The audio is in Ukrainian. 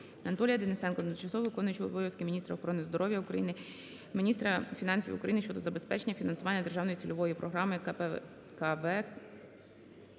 Дякую.